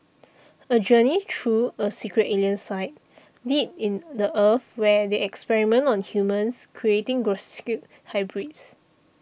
a journey through a secret alien site deep in the Earth where they experiment on humans creating hybrids